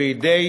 והיא די